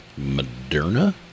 Moderna